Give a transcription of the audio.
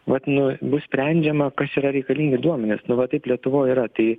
vat nu bus sprendžiama kas yra reikalingi duomenys nu va taip lietuvoje yra tai